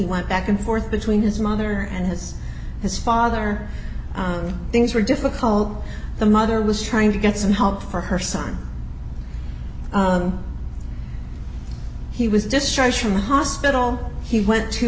went back and forth between his mother and his his father things were difficult the mother was trying to get some help for her son he was discharged from hospital he went to